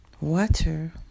Water